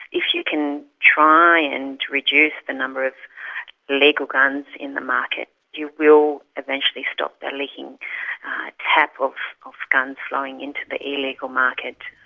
if you can try and reduce the number of legal guns in the market you will eventually stop the leaking tap of guns flowing into the illegal market,